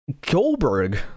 Goldberg